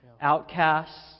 Outcasts